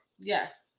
Yes